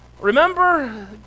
Remember